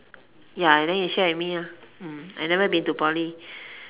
ya and then you share with me ah mm I've never been to poly